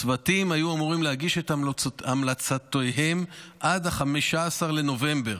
הצוותים היו אמורים להגיש את המלצותיהם עד 15 בנובמבר,